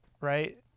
right